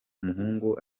muhungu